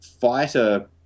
fighter